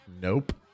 Nope